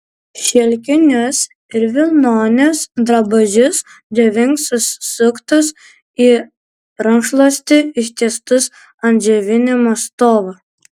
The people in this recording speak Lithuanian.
šilkinius ir vilnonius drabužius džiovink susuktus į rankšluostį ištiestus ant džiovinimo stovo